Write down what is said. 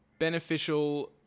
beneficial